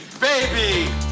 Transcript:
baby